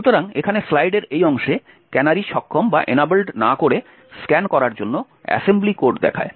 সুতরাং এখানে স্লাইডের এই অংশে ক্যানারি সক্ষম না করে স্ক্যান করার জন্য অ্যাসেম্বলি কোড দেখায়